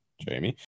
Jamie